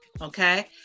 Okay